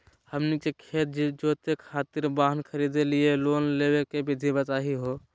हमनी के खेत जोते खातीर वाहन खरीदे लिये लोन लेवे के विधि बताही हो?